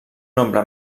nombre